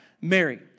Mary